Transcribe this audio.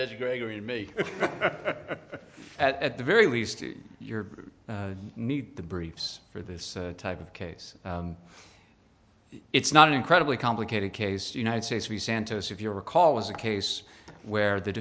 judge greg and me at the very least your need the briefs for this type of case it's not an incredibly complicated case united states v santos if you recall was a case where the